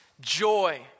joy